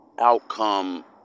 outcome